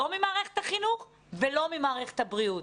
לא ממערכת החינוך ולא ממערכת הבריאות,